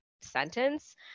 sentence